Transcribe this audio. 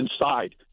inside